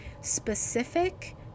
specific